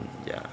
ya